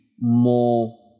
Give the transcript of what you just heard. more